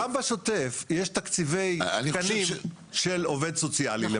גם בשוטף יש תקציבי תקנים של עובד סוציאלי,